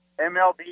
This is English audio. MLB